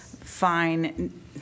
fine